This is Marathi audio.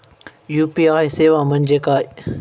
यू.पी.आय सेवा म्हणजे काय?